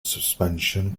suspension